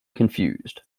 confused